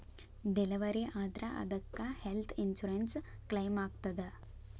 Delivery ಆದ್ರ ಅದಕ್ಕ health insurance ಕ್ಲೇಮಾಗ್ತದ?